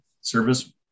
service